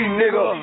nigga